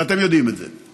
ואתם יודעים את זה.